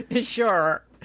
Sure